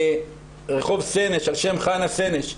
רחוב סנש על שם חנה סנש,